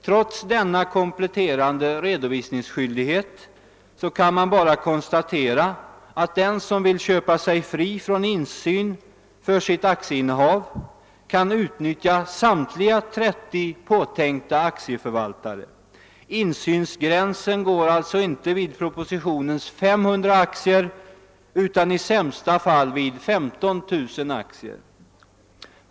Trots denna kompletterande redovisningsskyldighet kan man bara konstatera att den som vill köpa sig fri från insyn för sitt aktieinnehav kan utnyttja samtliga 30 påtänkta aktieförvaltare. Insynsgränsen går alltså inte vid propositionens 500 aktier utan i sämsta fall vid 15000 aktier.